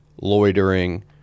Loitering